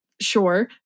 sure